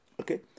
Okay